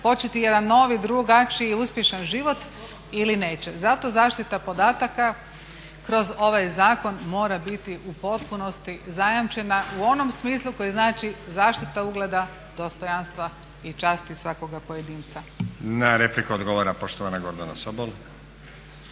početi jedan novi, drugačiji, uspješan život ili neće. Zato zaštita podataka kroz ovaj zakon mora biti u potpunosti zajamčena u onom smislu koji znači zaštita ugleda dostojanstva i časti svakoga pojedinca. **Stazić, Nenad (SDP)** Na repliku odgovara poštovana Gordana Sobol.